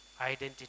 identity